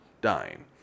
dying